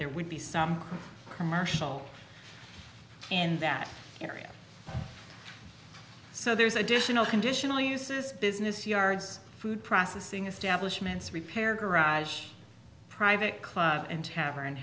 there would be some commercial in that area so there's additional conditional uses business yards food processing establishment repair garage private club and tavern